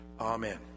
Amen